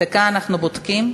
דקה, אנחנו בודקים.